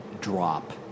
drop